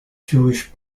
jewish